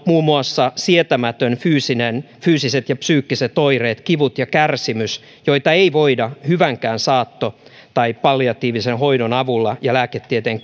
muun muassa sietämättömät fyysiset ja psyykkiset oireet kivut ja kärsimys joita ei voida hyvänkään saatto tai palliatiivisen hoidon avulla ja lääketieteen